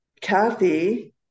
Kathy